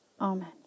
Amen